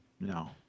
No